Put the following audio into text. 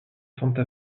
santa